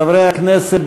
חברי הכנסת,